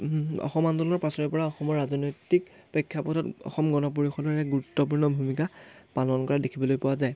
অসম আন্দোলনৰ পাছৰে পৰা অসমৰ ৰাজনৈতিক প্ৰেক্ষাপতত অসম গণ পৰিষদৰ এক গুৰুত্বপূৰ্ণ ভূমিকা পালন কৰা দেখিবলৈ পোৱা যায়